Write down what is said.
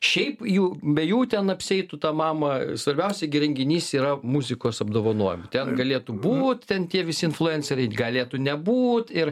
šiaip jų be jų ten apsieitų ta mama svarbiausia gi įrenginys yra muzikos apdovanojimų ten galėtų būt tem tie visi influenceriai galėtų nebūt ir